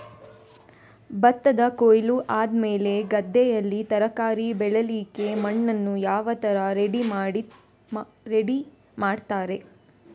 ಭತ್ತದ ಕೊಯ್ಲು ಆದಮೇಲೆ ಗದ್ದೆಯಲ್ಲಿ ತರಕಾರಿ ಬೆಳಿಲಿಕ್ಕೆ ಮಣ್ಣನ್ನು ಯಾವ ತರ ರೆಡಿ ಮಾಡ್ತಾರೆ?